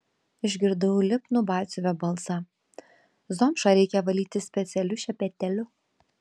išgirdau lipnų batsiuvio balsą zomšą reikia valyti specialiu šepetėliu